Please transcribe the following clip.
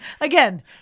Again